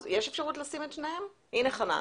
הנה חנן.